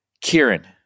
Kieran